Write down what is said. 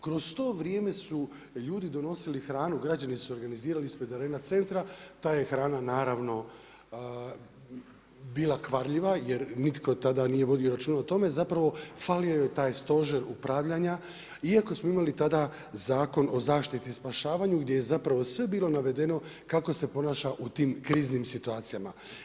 Kroz to vrijeme su ljudi donosili hranu, građani su organizirali ispred Arena centra, ta je hrana, naravno, bila kvarljiva jer nitko tada nije vodio računa o tome, zapravo, falio je taj stožer upravljanja iako smo imali tada Zakon o zaštiti spašavanja gdje je zapravo sve bilo navedeno kako se ponaša u tim kriznim situacijama.